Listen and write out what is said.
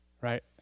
right